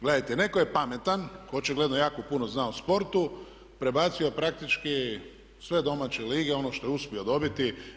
Gledajte, netko je pametan koji očigledno jako puno zna o sportu prebacio praktički sve domaće lige ono što je uspio dobiti.